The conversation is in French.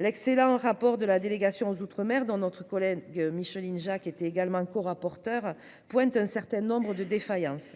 L'excellent rapport sur ce sujet de la délégation sénatoriale aux outre-mer, dont notre collègue Micheline Jacques était l'un des auteurs, pointe un certain nombre de défaillances.